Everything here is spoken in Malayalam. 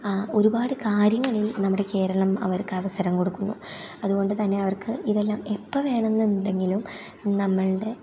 ഒരുപാട് കാര്യങ്ങളിൽ നമ്മുടെ കേരളം അവർക്ക് അവസരം കൊടുക്കുന്നു അതുകൊണ്ടു തന്നെ അവർക്ക് ഇതെല്ലാം എപ്പം വേണമെന്നുണ്ടെങ്കിലും നമ്മളുടെ